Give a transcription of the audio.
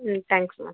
ம் thanks ma'am